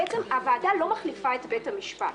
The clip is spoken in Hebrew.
הוועדה לא מחליפה את בית המשפט,